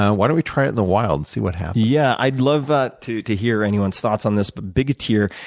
ah why don't we try it in the wild and see what happens? yeah, i'd love ah to to hear anyone's thoughts on this, bigoteer.